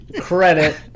Credit